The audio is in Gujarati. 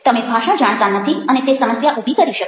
તમે ભાષા જાણતા નથી અને તે સમસ્યા ઉભી કરી શકે